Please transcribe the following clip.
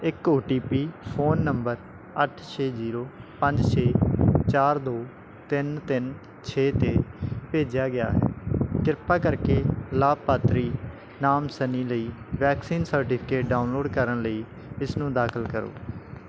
ਇੱਕ O T P phone number ਅੱਠ ਛੇ ਜ਼ੀਰੋ ਪੰਜ ਛੇ ਚਾਰ ਦੋ ਤਿੰਨ ਤਿੰਨ ਛੇ 'ਤੇ ਭੇਜਿਆ ਗਿਆ ਹੈ ਕਿਰਪਾ ਕਰਕੇ ਲਾਭਪਾਤਰੀ ਨਾਮ ਸਨੀ ਲਈ ਵੈਕਸੀਨ ਸਰਟੀਫਿਕੇਟ ਡਾਊਨਲੋਡ ਕਰਨ ਲਈ ਇਸਨੂੰ ਦਾਖਲ ਕਰੋ